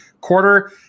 quarter